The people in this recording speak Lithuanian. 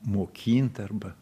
mokint arba